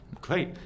great